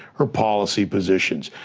her policy positions.